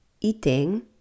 eating